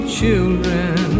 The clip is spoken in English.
children